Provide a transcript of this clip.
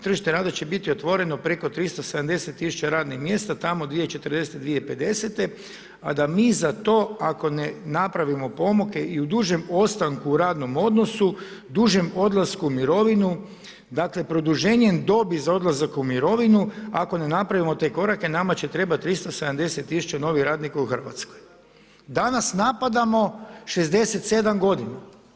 Tržište rada će biti otvoreno preko 370 tisuća radnih mjesta tamo 2040., 2050., a da mi za to ako ne napravimo pomake i u družem ostanku u radnom odnosu, dužem odlasku u mirovinu dakle produženjem dobi za odlazak u mirovinu ako ne napravimo te korake nama će trebati 370 tisuća novih radnika u Hrvatskoj.“ Danas napadamo 67 godina.